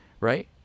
right